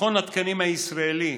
מכון התקנים הישראלי